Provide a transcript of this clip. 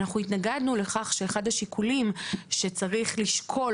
אנחנו התנגדנו לכך שאחד השיקולים שצריך לשקול